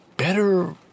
better